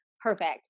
perfect